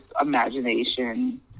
imagination